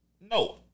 No